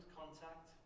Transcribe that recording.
contact